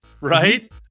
right